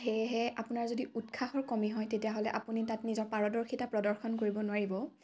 সেয়েহে আপোনাৰ যদি উৎসাহৰ কমি হয় তেতিয়াহ'লে আপুনি তাত নিজৰ পাৰদৰ্শিতা প্ৰদৰ্শন কৰিব নোৱাৰিব